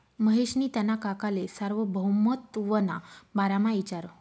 महेशनी त्याना काकाले सार्वभौमत्वना बारामा इचारं